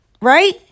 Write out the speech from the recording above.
right